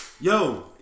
yo